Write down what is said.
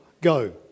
Go